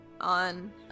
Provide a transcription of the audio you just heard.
on